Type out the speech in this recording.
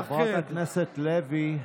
חברת הכנסת לוי.